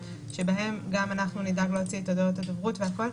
שבהן גם אנחנו נדאג להוציא את הודעות הדוברות והכול.